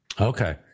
Okay